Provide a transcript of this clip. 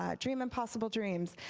um dream impossible dreams.